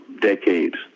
decades